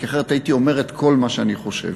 כי אחרת הייתי אומר את כל מה שאני חושב.